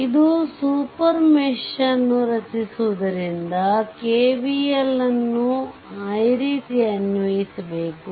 ಇದು super mesh ಅನ್ನು ರಚಿಸುವುದರಿಂದ KVL ಅನ್ನು ಈ ರೀತಿ ಅನ್ವಯಿಸಬೇಕು